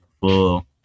full